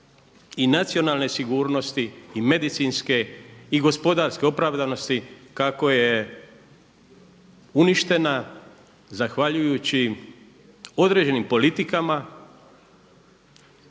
i nacionalne sigurnosti i medicinske i gospodarske opravdanosti kako je uništena zahvaljujući određenim osobama